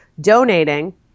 donating